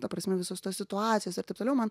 ta prasme visos tos situacijos ir taip toliau man